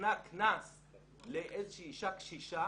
נתנה קנס לאיזושהי אישה קשישה